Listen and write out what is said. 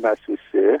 mes visi